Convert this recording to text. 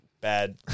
bad